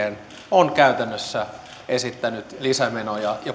on käytännössä esittänyt lisämenoja ja